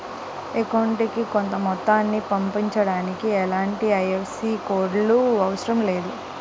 అకౌంటుకి కొంత మొత్తాన్ని పంపించడానికి ఎలాంటి ఐఎఫ్ఎస్సి కోడ్ లు అవసరం లేదు